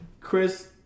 Chris